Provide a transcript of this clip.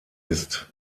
ist